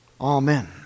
amen